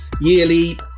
yearly